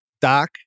Doc